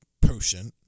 Potion